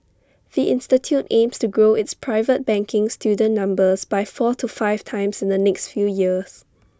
the institute aims to grow its private banking student numbers by four to five times in the next few years